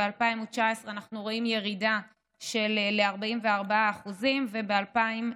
ב-2019 אנחנו רואים ירידה ל-44% וב-2020,